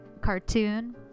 cartoon